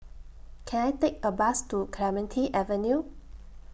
Can I Take A Bus to Clementi Avenue